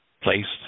placed